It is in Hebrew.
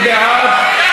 מי בעד?